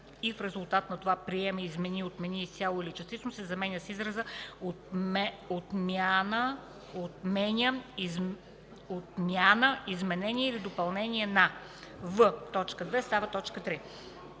и в резултат на това приеме, измени, отмени изцяло или частично” се заменя с израза „отмяна, изменение или допълнение на”; в) т. 2 става т.